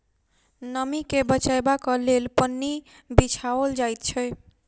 नमीं के बचयबाक लेल पन्नी बिछाओल जाइत छै